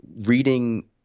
reading